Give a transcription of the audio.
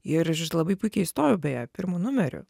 ir aš labai puikiai įstojau beje pirmu numeriu